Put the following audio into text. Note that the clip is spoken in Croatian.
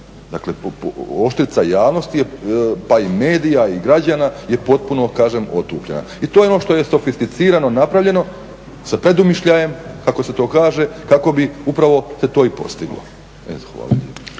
Dakle, oštrica javnosti pa i medija i građana je potpuno kažem otupljena. I to je ono što je sofisticirano napravljeno sa predumišljajem kako se to kaže kako bi upravo se to i postiglo.